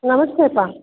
ನಮಸ್ತೆ ಅಪ್ಪ